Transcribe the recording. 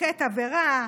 בקבוקי תבערה,